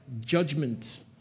judgment